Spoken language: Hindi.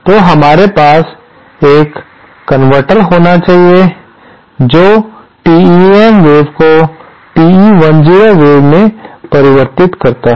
तो हमारे पास एक कन्वर्टर होना चाहिए जो TEM वेव को TE10 वेव में परिवर्तित करता है